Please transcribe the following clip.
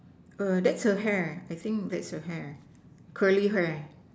err that's her hair I think that's her hair curly hair